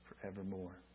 forevermore